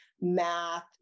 math